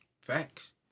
Facts